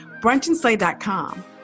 Brunchandslay.com